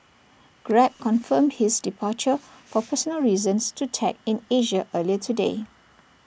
grab confirmed his departure for personal reasons to tech in Asia earlier today